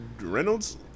Reynolds